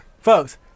Folks